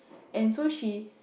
and so she